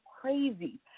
crazy